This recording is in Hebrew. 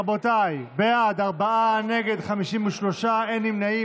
רבותיי, בעד, ארבעה, נגד, 53, אין נמנעים.